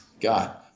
God